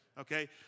Okay